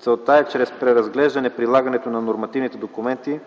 Целта е чрез преразглеждане прилагането на нормативните документи